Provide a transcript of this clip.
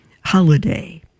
holiday